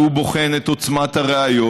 והוא בוחן את עוצמת הראיות,